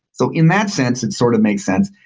so in that sense, it sort of makes sense.